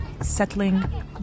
settling